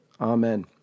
Amen